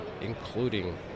including